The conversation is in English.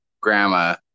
grandma